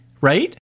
right